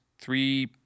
three